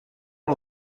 one